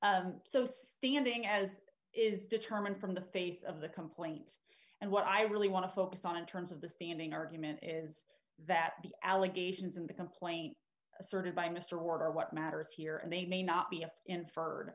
this standing as is determined from the face of the complaint and what i really want to focus on in terms of the standing argument is that the allegations in the complaint asserted by mr ward are what matters here and they may not be i